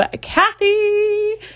Kathy